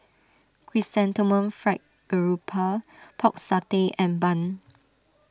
Chrysanthemum Fried Garoupa Pork Satay and Bun